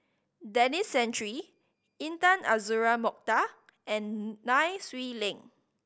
Denis Santry Intan Azura Mokhtar and Nai Swee Leng